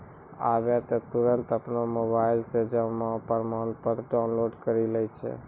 आबै त तुरन्ते अपनो मोबाइलो से जमा प्रमाणपत्र डाउनलोड करि लै छै